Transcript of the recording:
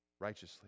Righteously